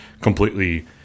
completely